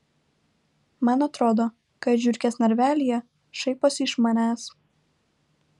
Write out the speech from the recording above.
man atrodo kad žiurkės narvelyje šaiposi iš manęs